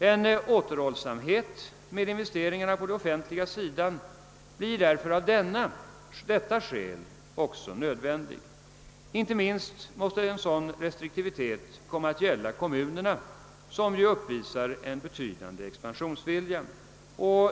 En återhållsamhet med investeringarna på den offentliga sidan blir därför av detta skäl också nödvändig. Inte minst måste en sådan restriktivitet komma att gälla kommunerna, som ju uppvisar en betydande expansionsvilja.